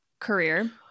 career